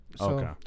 Okay